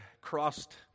crossed